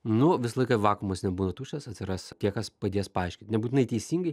nu visą laiką vakuumas nebūna tuščias atsiras tie kas padės paaiškyt nebūtinai teisingai